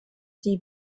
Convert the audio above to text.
die